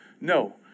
No